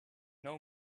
know